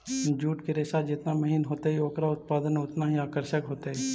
jute के रेशा जेतना महीन होतई, ओकरा उत्पाद उतनऽही आकर्षक होतई